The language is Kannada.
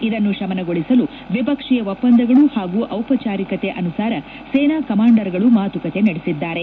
ಇದನ್ನು ಶಮನಗೊಳಿಸಲು ದ್ವಿಪಕ್ಷೀಯ ಒಪ್ಪಂದಗಳು ಹಾಗೂ ಔಪಚಾರಿಕತೆ ಅನುಸಾರ ಸೇನಾ ಕಮಾಂಡರ್ಗಳು ಮಾತುಕತೆ ನಡೆಸಿದ್ದಾರೆ